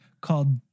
called